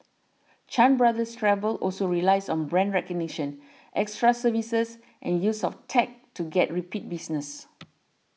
Chan Brothers Travel also relies on brand recognition extra services and use of tech to get repeat business